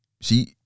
See